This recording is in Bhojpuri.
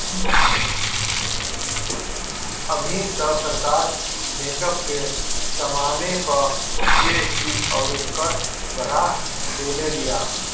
अबही तअ सरकार मेकअप के समाने पअ जी.एस.टी अउरी कर बढ़ा देले बिया